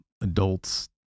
adults